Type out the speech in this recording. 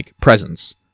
presence